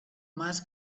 mas